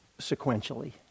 sequentially